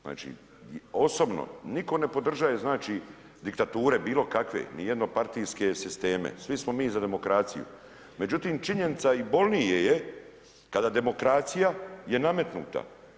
Znači i osobno nitko ne podržaje znači diktature ni jednopartijske sisteme svi smo mi za demokraciju, međutim činjenica i bolnije je kada demokracija je nametnuta.